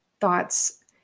thoughts